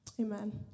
Amen